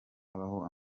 habaho